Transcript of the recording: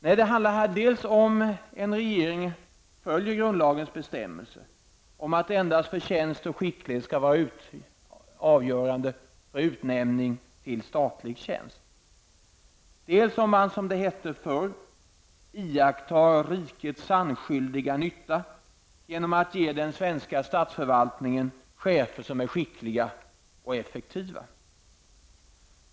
Nej, det handlar här dels om en regering följer grundlagens bestämmelser om att endast förtjänst och skicklighet skall vara avgörande för utnämning till statlig tjänst, dels om man, som det hette förr, iakttar rikets sannskyldiga nytta, genom att ge den svenska statsförvaltningen chefer som är skickliga och effektiva.